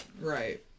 Right